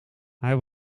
hij